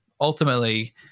ultimately